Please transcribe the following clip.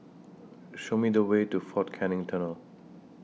Show Me The Way to Fort Canning Tunnel